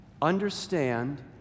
understand